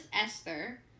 Esther